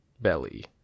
belly